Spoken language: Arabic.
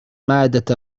مادة